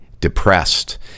depressed